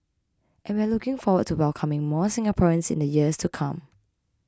and we're looking forward to welcoming more Singaporeans in the years to come